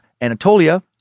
Anatolia